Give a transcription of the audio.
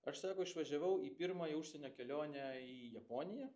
aš sako išvažiavau į pirmąją užsienio kelionę į japoniją